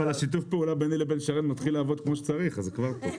אבל שיתוף הפעולה ביני לבין שרן מתחיל לעבוד כמו שצריך אז זה כבר טוב.